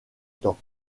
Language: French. temps